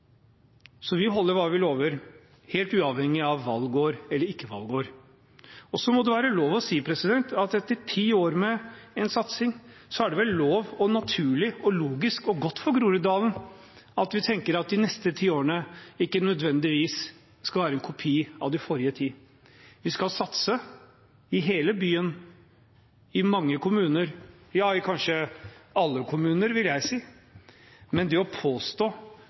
så mye som regjeringen er forpliktet til. Så vi holder hva vi lover, helt uavhengig av valgår eller ikke valgår. Så må det være lov å si at etter ti år med satsing er det naturlig, logisk og godt for Groruddalen at vi tenker at de neste ti årene ikke nødvendigvis skal være en kopi av de forrige ti. Vi skal satse i hele byen, i mange kommuner – ja, i alle kommuner, vil jeg si – men det å påstå